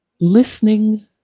Listening